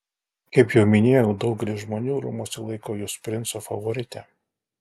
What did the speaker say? kaip jau minėjau daugelis žmonių rūmuose laiko jus princo favorite